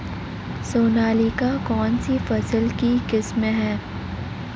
सोनालिका कौनसी फसल की किस्म है?